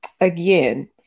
again